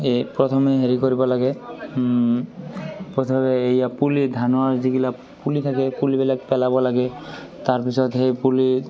এই প্ৰথমে হেৰি কৰিব লাগে প্ৰথমে এই পুলি ধানৰ যিবিলাক পুলি থাকে পুলিবিলাক পেলাব লাগে তাৰপিছত সেই পুলি